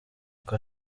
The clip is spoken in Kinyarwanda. uko